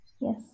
Yes